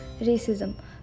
racism